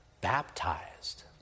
baptized